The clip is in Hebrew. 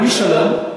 בלי שלום,